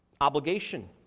obligation